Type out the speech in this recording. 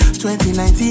2019